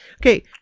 Okay